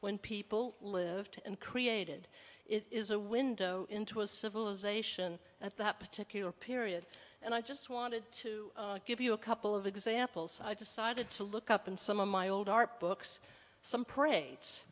when people lived and created it is a window into a civilization at that particular period and i just wanted to give you a couple of examples i decided to look up and some of my old art books some pra